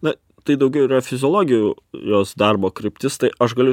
na tai daugiau yra fiziologijų jos darbo kryptis tai aš galiu